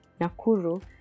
Nakuru